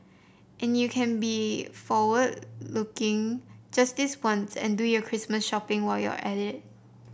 and you can be forward looking just this once and do your Christmas shopping while you're at it